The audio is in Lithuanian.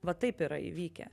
va taip yra įvykę